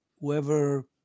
whoever